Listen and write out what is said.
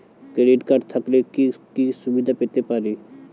Credit card থাকলে কি কি সুবিধা পেতে পারি?